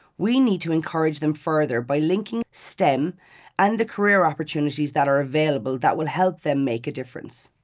we need to encourage them further by linking stem and the career opportunities that are available that will help them make a difference.